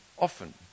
Often